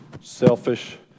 selfish